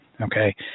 okay